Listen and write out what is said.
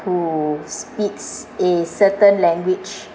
who speaks a certain language